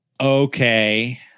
okay